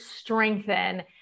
strengthen